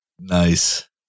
Nice